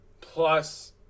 plus